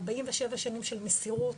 47 שנים של מסירות,